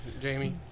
Jamie